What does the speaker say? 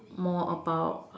more about